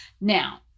Now